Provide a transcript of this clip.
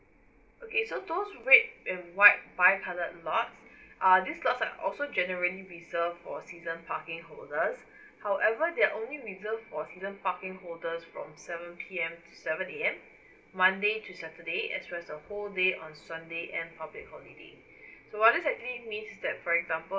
okay so those red and white bi coloured lots are these lots are also generally reserved for season parking holders however they are only reserved for season parking holders from seven P_M to seven A_M monday to saturday as well as the whole day on sunday and public holiday so what it's actually means that for example